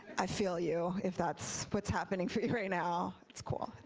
i feel you if that's what's happening for you right now. it's cool,